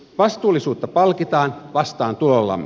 vastuullisuutta palkitaan vastaantulollamme